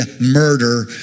murder